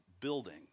building